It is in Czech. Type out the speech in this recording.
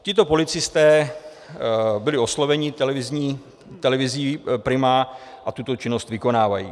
Tito policisté byli osloveni televizí Prima a tuto činnost vykonávají.